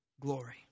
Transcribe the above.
glory